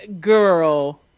girl